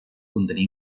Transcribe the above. contenir